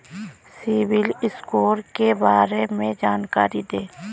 CIBIL score के बारे में जानकारी दें?